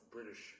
British